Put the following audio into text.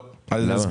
לא, אני אסביר.